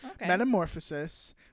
Metamorphosis